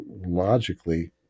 logically